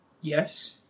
Yes